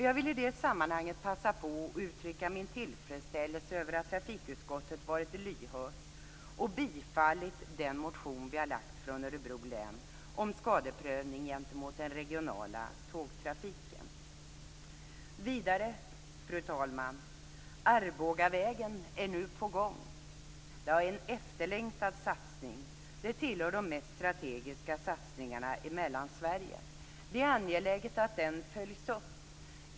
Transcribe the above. Jag vill i det sammanhanget passa på att uttrycka min tillfredsställelse över att trafikutskottet varit lyhört och tillstyrkt den motion vi har lagt fram från Vidare, fru talman, vill jag säga att Arbogavägen nu är på gång. Det är en efterlängtad satsning. Den tillhör de mest strategiska satsningarna i Mellansverige. Det är angeläget att den följs upp.